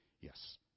Yes